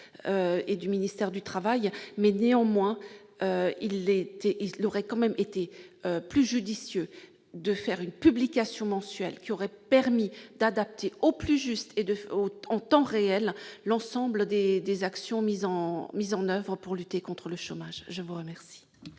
du ministère du travail. Néanmoins, il aurait tout de même été plus judicieux de prévoir une publication mensuelle, qui aurait permis d'adapter, au plus juste et en temps réel, l'ensemble des actions mises en oeuvre pour lutter contre le chômage. La parole